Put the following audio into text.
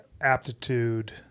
aptitude